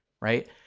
right